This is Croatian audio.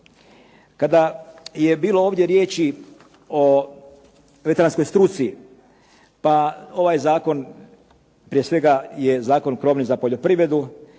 Kada je bilo ovdje riječi o veterinarskoj struci, pa ovaj zakon prije svega je zakon … /Govornik